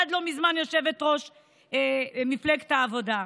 עד לא מזמן יושבת-ראש מפלגת העבודה: